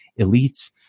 elites